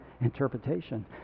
interpretation